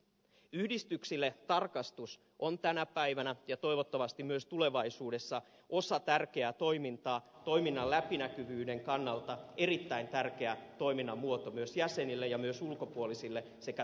yhdistyksille tarkastus on tänä päivänä ja toivottavasti myös tulevaisuudessa osa tärkeää toimintaa toiminnan läpinäkyvyyden kannalta erittäin tärkeä toiminnan muoto myös jäsenille ja myös ulkopuolisille sekä viranomaisille